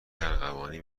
ارغوانی